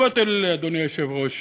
הכותל, אדוני היושב-ראש,